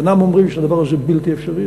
אינם אומרים שהדבר הזה בלתי אפשרי,